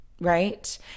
right